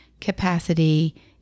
capacity